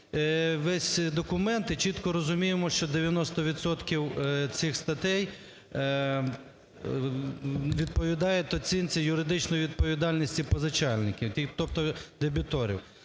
весь документ і чітко розуміємо, що 90 відсотків цих статей відповідають оцінці юридичної відповідальності позичальників, тобто дебіторів.